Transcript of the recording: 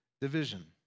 division